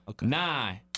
Nine